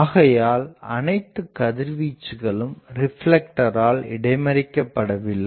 ஆகையால் அனைத்து கதிர்வீச்சுகளும் ரிப்லெக்டரால் இடைமறிக்கப்படவில்லை